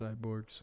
cyborgs